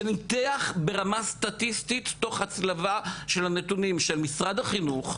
שניתח ברמה סטטיסטית תוך הצלבה של הנתונים של משרד החינוך,